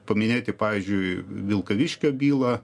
paminėti pavyzdžiui vilkaviškio bylą